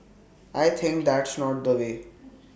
I think that's not the way